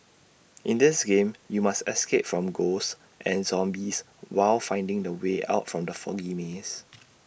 in this game you must escape from ghosts and zombies while finding the way out from the foggy maze